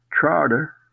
Charter